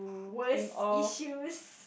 worse issues